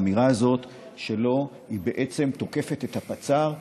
האמירה הזאת שלו בעצם תוקפת את הפצ"ר,